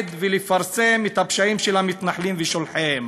ולפרסם את הפשעים של המתנחלים ושולחיהם